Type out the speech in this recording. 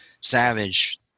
savage